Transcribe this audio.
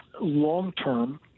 long-term